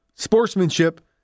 sportsmanship